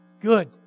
Good